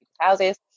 houses